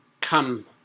come